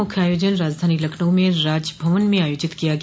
मुख्य आयोजन राजधानी लखनऊ में राजभवन में आयोजित किया गया